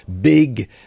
big